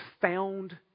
found